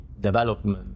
development